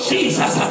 Jesus